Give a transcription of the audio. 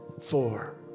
four